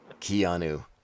Keanu